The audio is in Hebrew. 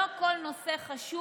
לא כל נושא חשוב,